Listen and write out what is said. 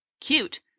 cute